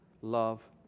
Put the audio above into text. love